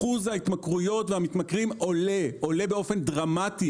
אחוז ההתמכרויות והמתמכרים עולה באופן דרמטי,